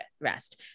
rest